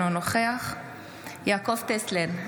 אינו נוכח יעקב טסלר,